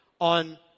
on